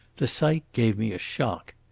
the sight gave me a shock.